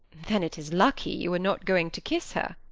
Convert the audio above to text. then it is lucky you are not going to kiss her!